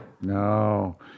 No